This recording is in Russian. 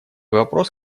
вопрос